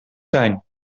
zijn